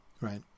Right